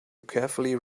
carefully